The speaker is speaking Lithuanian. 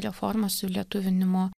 reforma sulietuvinimo